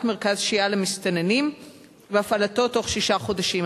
מרכז שהייה למסתננים והפעלתו בתוך שישה חודשים.